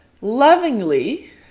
lovingly